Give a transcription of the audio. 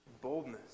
boldness